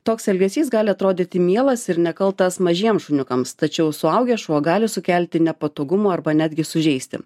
toks elgesys gali atrodyti mielas ir nekaltas mažiem šuniukams tačiau suaugęs šuo gali sukelti nepatogumų arba netgi sužeisti